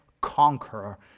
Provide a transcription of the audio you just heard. conqueror